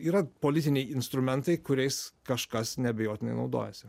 yra politiniai instrumentai kuriais kažkas neabejotinai naudojasi